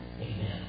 Amen